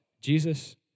Jesus